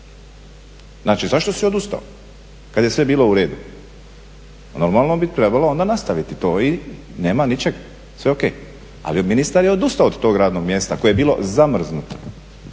znači zašto si odustao kada je sve bilo uredu. Normalno bi trebalo onda nastaviti to i nema ničeg, sve o.k. ali ministar je odustao od tog radnog mjesta koje je bilo zamrznuto,